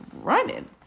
running